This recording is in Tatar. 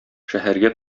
шәһәргә